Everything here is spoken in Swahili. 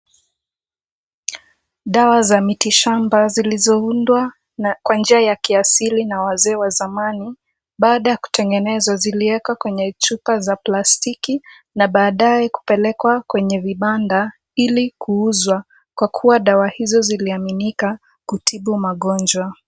Dawa za miti shamba zilizoundwa kwa njia ya kiasili na wazee wa zamani. Baada ya kutengenezwa ziliekwa kwenye chupa za plastiki na baadaye kupelekwa kwenye vibanda ili kuuzwa, kwa kuwa dawa hizo ziliaminika kutibu magonjwa.